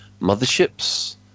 motherships